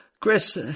Chris